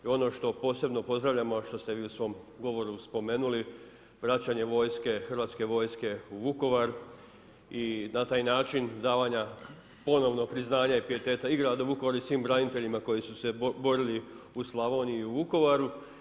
I ono što posebno pozdravljamo a što ste vi u svom govoru spomenuli vraćanje vojske, Hrvatske vojske u Vukovar i na taj način davanja ponovno priznanje i pijeteta i gradu Vukovaru i svim braniteljima koji su se borili u Slavoniji i u Vukovaru.